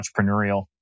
entrepreneurial